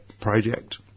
project